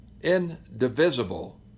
indivisible